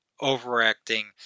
overacting